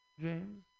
James